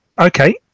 okay